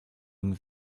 and